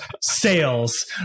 sales